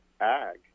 ag